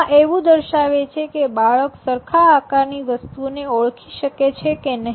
આ એવું દર્શાવે છે કે બાળક સરખા આકાર ની વસ્તુને ઓળખી શકે છે કે નહિ